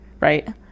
right